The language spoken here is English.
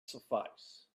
suffice